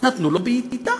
נתנו לו בעיטה.